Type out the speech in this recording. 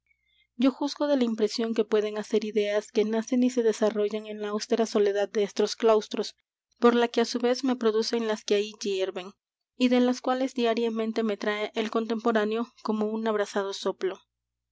yo juzgo de la impresión que pueden hacer ideas que nacen y se desarrollan en la austera soledad de estos claustros por la que á su vez me producen las que ahí hierven y de las cuales diariamente me trae el contemporáneo como un abrasado soplo